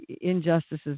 injustices